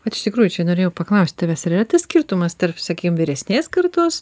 vat iš tikrųjų čia norėjau paklaust tavęs ar yra tas skirtumas tarp sakykim vyresnės kartos